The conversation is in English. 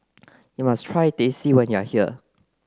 you must try Teh C when you are here